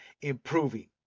improving